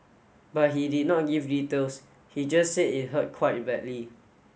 but he did not give details he just said it hurt quite badly